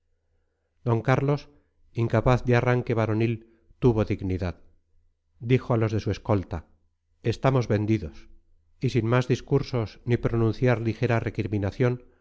d carlos incapaz de arranque varonil tuvo dignidad dijo a los de su escolta estamos vendidos y sin más discursos ni pronunciar ligera recriminación